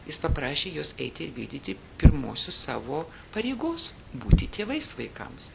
jis paprašė juos eiti ir vykdyti pirmosios savo pareigos būti tėvais vaikams